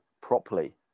properly